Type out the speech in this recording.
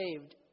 saved